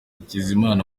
hakizimana